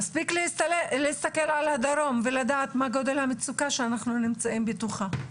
מספיק להסתכל על הדרום ולדעת מה גודל המצוקה שאנחנו נמצאים בתוכה.